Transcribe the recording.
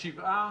הצבעה